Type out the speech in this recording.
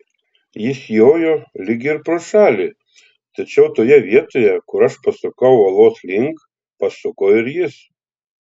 jis jojo lyg ir pro šalį tačiau toje vietoje kur aš pasukau uolos link pasuko ir jis